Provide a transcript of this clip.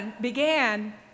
began